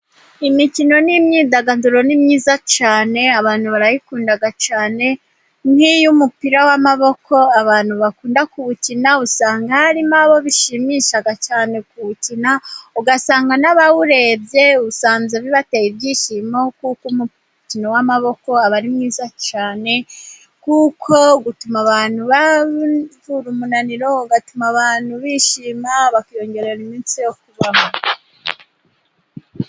Imikino n'imyidagaduro ni myiza cyane, abantu barayikunda cyane, nk'umupira w'amaboko abantu bakunda kuwukina usanga barimo bishimisha cyane bari kuwukina ugasanga n'abawurebye, usanga bibateye ibyishimo, kuko umukino w'amaboko aba ari mwiza cyane, kuko utuma abantu bivura umunaniro, ugatuma abantu bishima bakiyongerera iminsi yo kubaho.